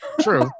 true